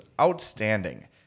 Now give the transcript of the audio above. outstanding